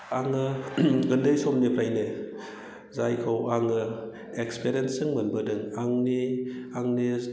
आङो उन्दै समनिफ्रायनो जायखौ आङो एक्सपिरियेन्सजों मोनबोदों आंनि